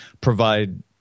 provide